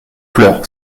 pleure